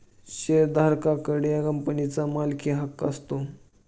शेअरधारका कडे कंपनीचा मालकीहक्क असतो